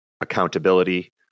accountability